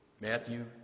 Matthew